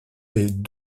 est